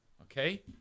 Okay